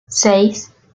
seis